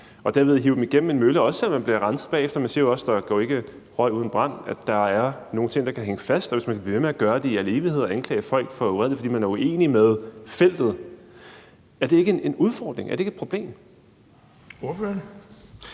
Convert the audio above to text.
og derved hive dem igennem en mølle – altså også selv om de bliver renset bagefter, og man siger jo også, at der jo ikke går røg uden brand – er der nogle ting, der kan hænge fast. Og hvis man kan blive ved med at gøre det i al evighed og anklage folk for uredelighed, fordi man er uenig med feltet, er det så ikke en udfordring, er det ikke et problem? Kl.